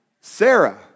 Sarah